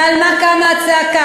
ועל מה קמה הצעקה?